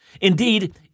Indeed